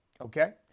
Okay